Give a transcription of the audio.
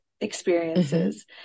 experiences